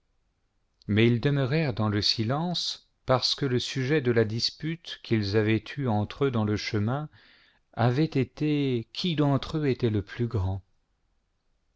mais ils demeurèrent dans le silence parce que le su jet de la dispute qu'ils avaient eue entre eux dans le chemin avait été qui d'entre eux était le plus grand